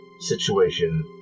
situation